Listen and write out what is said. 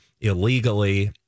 illegally